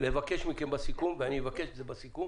לבקש מכם בסיכום ואני אבקש את זה בסיכום